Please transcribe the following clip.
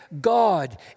God